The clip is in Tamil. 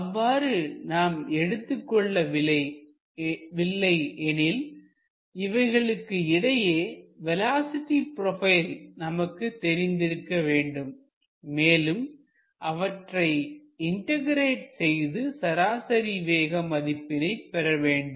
அவ்வாறு நாம் எடுத்துக் கொள்ளவில்லை எனில் இவைகளுக்கு இடையே வேலோஸிட்டி ப்ரொபைல் நமக்கு தெரிந்திருக்க வேண்டும் மேலும் அவற்றை இன்டெகிரெட் செய்து சராசரி வேகம் மதிப்பினை பெறவேண்டும்